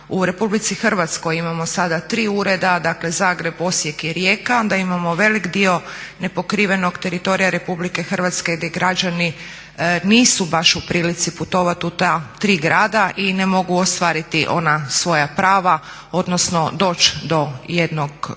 činjenicu da u RH imao sada tri ureda, dakle Zagreb, Osijek i Rijeka, da imamo velik dio nepokrivenog teritorija RH gdje građani nisu baš u prilici putovat u ta tri grada i ne mogu ostvariti ona svoja prava, odnosno doći do jednog